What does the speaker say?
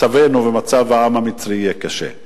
מצבנו ומצב העם המצרי יהיה קשה.